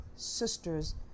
Sisters